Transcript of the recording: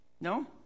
No